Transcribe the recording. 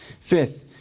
Fifth